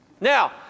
Now